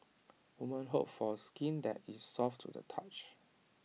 women hope for skin that is soft to the touch